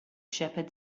shepherd